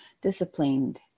disciplined